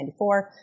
1994